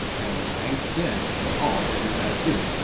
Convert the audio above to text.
and thanks again for all that you guys do!